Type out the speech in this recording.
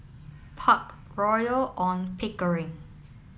Park Royal on Pickering